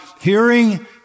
hearing